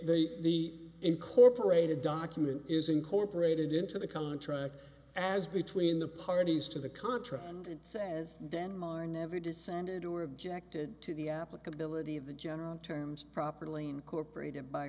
a the incorporated document is incorporated into the contract as between the parties to the contract and says then more never descended or objected to the applicability of the general terms properly incorporated by